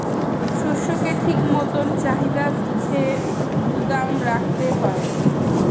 শস্যকে ঠিক মতন চাহিদা বুঝে গুদাম রাখতে হয়